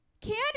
candy